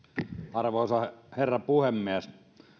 arvoisa herra puhemies